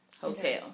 Hotel